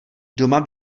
doma